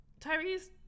Tyrese